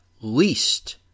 least